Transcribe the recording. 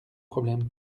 problème